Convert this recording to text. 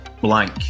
blank